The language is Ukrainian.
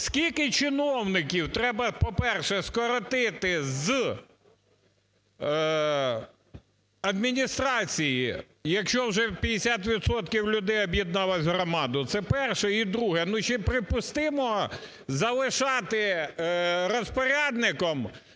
скільки чиновників треба, по-перше, скоротити з адміністрації, якщо вже 50 відсотків людей об'єдналося у громаду? Це перше. І друге. Ну, чи припустимо залишати розпорядником